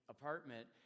apartment